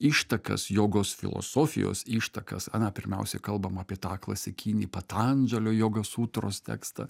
ištakas jogos filosofijos ištakas ana pirmiausia kalbam apie tą klasikinį patandžalio jogos sūtros tekstą